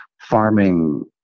farming